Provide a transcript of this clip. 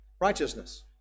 Righteousness